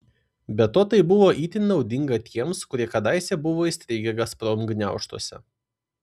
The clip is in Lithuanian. be to tai buvo itin naudinga tiems kurie kadaise buvo įstrigę gazprom gniaužtuose